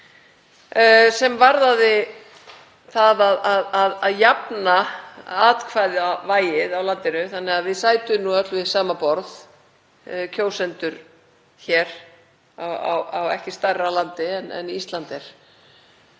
sem varðaði það að jafna atkvæðavægið á landinu þannig að við sætum öll við sama borð, kjósendur á ekki stærra landi en Ísland er.